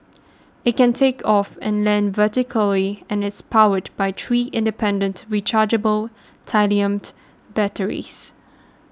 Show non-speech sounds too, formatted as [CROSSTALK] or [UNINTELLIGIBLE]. it can take off and land vertically and is powered by three independent rechargeable [UNINTELLIGIBLE] batteries